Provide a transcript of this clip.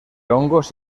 hongos